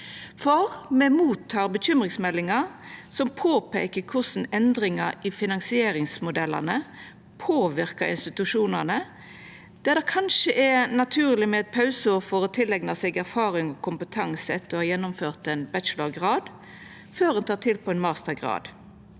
for me mottek bekymringsmeldingar som peiker på korleis endringar i finansieringsmodellane påverkar institusjonane, der det kanskje er naturleg med eit pauseår for å tileigna seg erfaring og kompetanse etter å ha gjennomført ein bachelorgrad, før ein tek til på ein mastergrad.